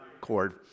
cord